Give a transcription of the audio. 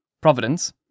Providence